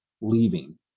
leaving